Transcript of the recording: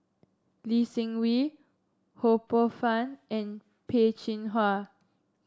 Lee Seng Wee Ho Poh Fun and Peh Chin Hua